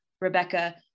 rebecca